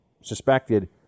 suspected